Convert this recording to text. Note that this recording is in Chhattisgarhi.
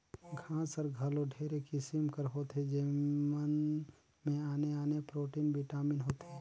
घांस हर घलो ढेरे किसिम कर होथे जेमन में आने आने प्रोटीन, बिटामिन होथे